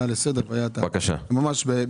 בבקשה.